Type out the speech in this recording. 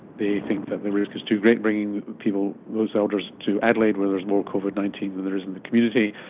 they think that the risk is too great bringing those elders to adelaide where there is more covid nineteen than there is in the community,